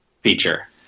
feature